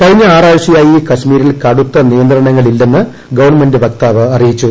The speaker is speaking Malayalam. കഴിഞ്ഞ ആറാഴ്ചയായി കശ്മീരിൽ കടുത്ത നിയന്ത്രണങ്ങളില്ലെന്ന് ഗവൺമെന്റ് വക്താവ് അറിയിച്ചു